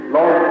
Lord